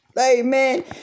amen